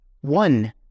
one